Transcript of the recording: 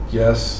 yes